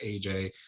AJ